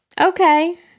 Okay